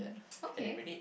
okay